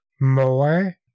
more